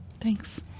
Thanks